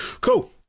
Cool